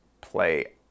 play